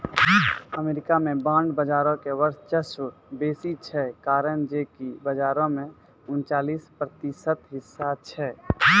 America मे bond बजारो के वर्चस्व बेसी छै, कारण जे कि बजारो मे उनचालिस प्रतिशत हिस्सा छै